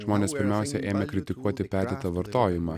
žmonės pirmiausia ėmė kritikuoti perdėtą vartojimą